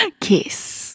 kiss